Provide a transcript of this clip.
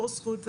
כל זכות,